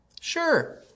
Sure